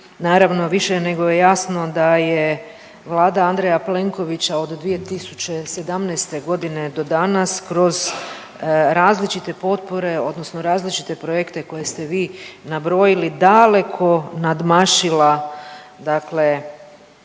naravno više nego je jasno da je vlada Andreja Plenkovića od 2017.g. do danas kroz različite potpore odnosno različite projekte koje ste vi nabrojili daleko nadmašila dakle